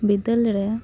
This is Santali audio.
ᱵᱤᱫᱟᱹᱞ ᱨᱮ